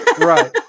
Right